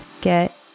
get